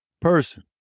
person